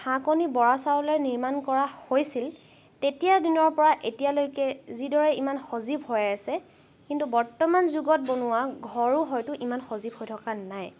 হাঁহকণী বৰাচাউলে নিৰ্মাণ কৰা হৈছিল তেতিয়াৰ দিনৰ পৰা এতিয়ালৈকে যিদৰে ইমান সজীৱ হৈ আছে কিন্তু বৰ্তমান যুগত বনোৱা ঘৰো হয়তো ইমান সজীৱ হৈ থকা নাই